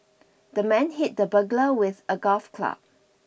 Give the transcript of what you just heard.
the man hit the burglar with a golf club